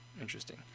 interesting